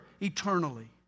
eternally